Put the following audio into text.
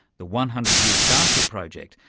the one hundred year starship project,